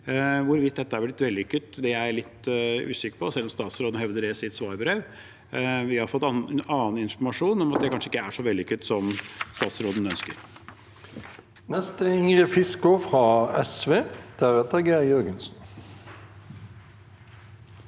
Hvorvidt dette er vellykket, er jeg litt usikker på, selv om statsråden hevder det i sitt svarbrev. Vi har fått en annen informasjon, om at det kanskje ikke er så vellykket som statsråden ønsker. Ingrid Fiskaa (SV) Det er